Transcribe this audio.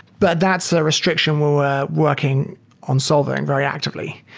but that's the restriction we're working on solving very actively,